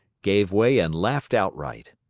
gave way and laughed outright.